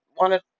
wanted